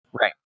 right